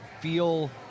feel